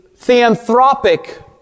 theanthropic